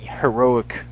heroic